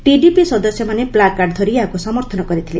TDP ସଦସ୍ୟମାନେ placard ଧରି ଏହାକୁ ସମର୍ଥନ କରିଥିଲେ